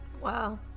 wow